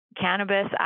cannabis